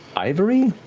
ivory?